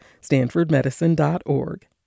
stanfordmedicine.org